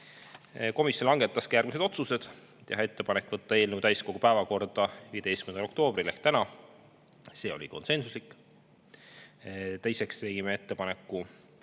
Komisjon langetas järgmised otsused. Teha ettepanek võtta eelnõu täiskogu päevakorda 15. oktoobril ehk täna. See [otsus] oli konsensuslik. Teiseks tegime ettepaneku